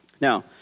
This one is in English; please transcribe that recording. Now